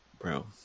Bro